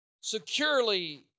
securely